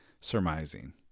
surmising